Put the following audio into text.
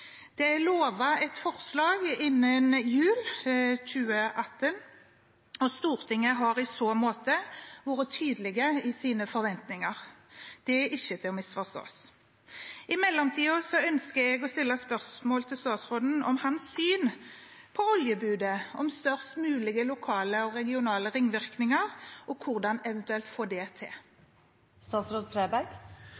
Det er lovet et forslag innen jul 2018, og Stortinget har i så måte vært tydelig i sine forventninger. Det er ikke til å misforstå. I mellomtiden ønsker jeg å stille spørsmål til statsråden om hans syn på oljebudet om størst mulig lokale og regionale ringvirkninger, og hvordan man eventuelt skal få det til.